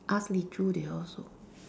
ask Li Choo they all also